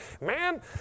man